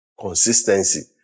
Consistency